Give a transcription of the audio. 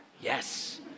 Yes